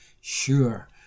sure